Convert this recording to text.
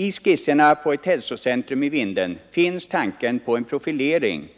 I skisserna på ett hälsocentrum i Vindeln finns tanken på en profilering